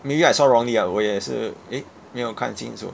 maybe I saw wrongly ah 我也是 eh 没有看清楚